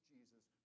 Jesus